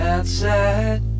Outside